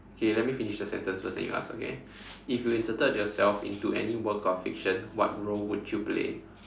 okay let me finish the sentence first then you ask okay if you inserted yourself into any work of fiction what role would you play